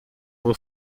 will